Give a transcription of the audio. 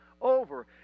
Over